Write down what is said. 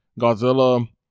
godzilla